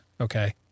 Okay